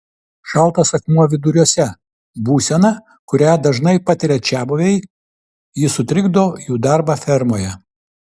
šaltas akmuo viduriuose būsena kurią dažnai patiria čiabuviai ji sutrikdo jų darbą fermoje